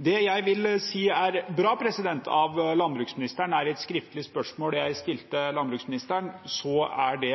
Det jeg vil si er bra av landbruksministeren, er: I et skriftlig spørsmål jeg stilte landbruksministeren, er det